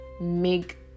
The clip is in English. make